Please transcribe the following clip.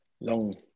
Long